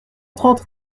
trente